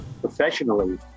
professionally